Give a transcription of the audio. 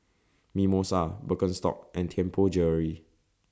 Mimosa Birkenstock and Tianpo Jewellery